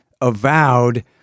avowed